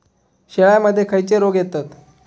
शेळ्यामध्ये खैचे रोग येतत?